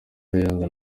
kayiranga